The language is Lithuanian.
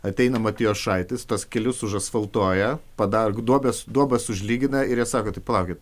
ateina matjošaitis tuos kelius užasfaltuoja padarg duobes duobes užlygina ir jie sako tai palaukit